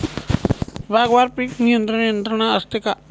विभागवार पीक नियंत्रण यंत्रणा असते का?